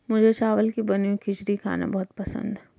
मुझे चावल की बनी हुई खिचड़ी खाना बहुत पसंद है